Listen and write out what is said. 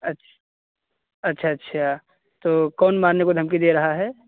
अच् अच्छा अच्छा तो कौन मारने को धमकी दे रहा है